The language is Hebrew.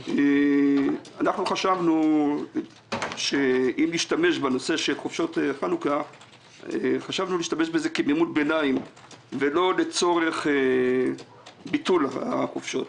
חשבנו להשתמש בתקציב של חנוכה כמימון ביניים ולא לצורך ביטול החופשות.